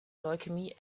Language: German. leukämie